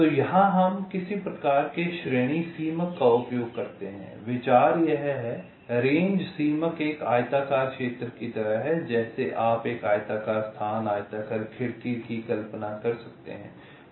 तो यहाँ हम किसी प्रकार के श्रेणी सीमक का उपयोग करते हैं विचार यह है रेंज सीमक एक आयताकार क्षेत्र की तरह है जैसे आप एक आयताकार स्थान आयताकार खिड़की की कल्पना करते हैं